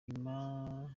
nyuma